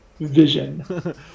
Vision